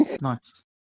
Nice